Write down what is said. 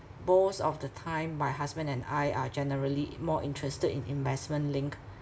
most of the time my husband and I are generally more interested in investment-linked